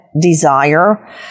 desire